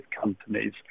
companies